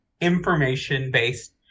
information-based